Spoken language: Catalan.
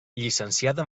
llicenciada